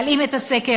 להלאים את הסקר,